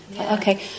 Okay